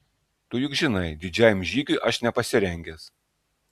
tu juk žinai didžiajam žygiui aš nepasirengęs